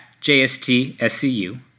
JSTSCU